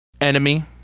enemy